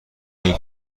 این